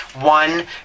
one